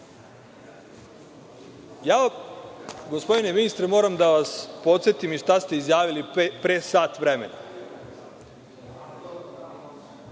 dozvole. Gospodine ministre, moram da vas podsetim šta ste izjavili pre sat vremena.